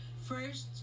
first